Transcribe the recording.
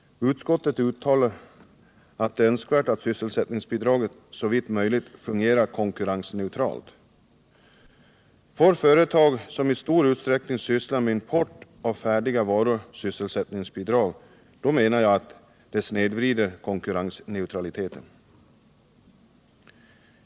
Utskottet uttalar att det är önskvärt att sysselsättningsbidraget såvitt möjligt fungerar konkurrensneutralt. Får företag som i stor utsträckning sysslar med import av färdiga varor sysselsättningsbidrag, menar jag att konkurrensneutraliteten undergrävs.